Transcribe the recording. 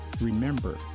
remember